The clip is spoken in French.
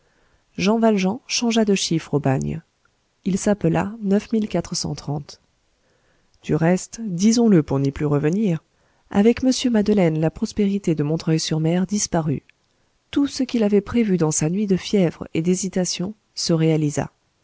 jean valjean changea de chiffre au bagne il s'appela du reste disons-le pour n'y plus revenir avec mr madeleine la prospérité de montreuil sur mer disparut tout ce qu'il avait prévu dans sa nuit de fièvre et d'hésitation se réalisa